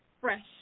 fresh